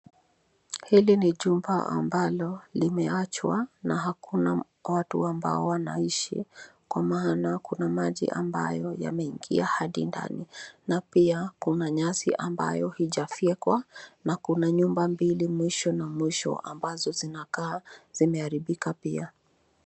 Hili ni jumba ambalo limeachwa na hakuna watu ambao wanaishi kwa maana kuna maji ambayo yameingia hadi ndani na pia kuna nyasi ambayo haijafyekwa na kuna nyumba mbili mwisho na mwisho ambazo zinakaa zimeharibika pia.